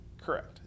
Correct